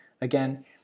again